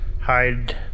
Hide